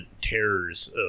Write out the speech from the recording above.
terrors